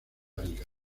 liga